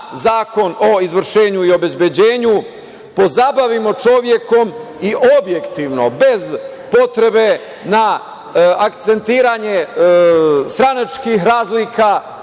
Zakon o izvršenju i obezbeđenju, pozabavimo čovekom i objektivno, bez potrebe na akcentovanje stranačkih razlika,